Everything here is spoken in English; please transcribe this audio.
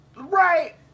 Right